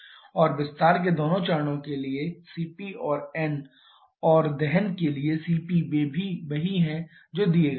और विस्तार के दोनों चरणों के लिए cp और n और दहन के लिए cp वे भी वही हैं जो दिए गए हैं